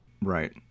Right